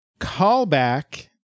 callback